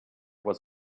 was